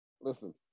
Listen